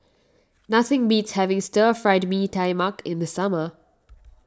nothing beats having Stir Fried Mee Tai Mak in the summer